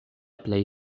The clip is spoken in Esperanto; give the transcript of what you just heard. plej